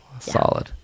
Solid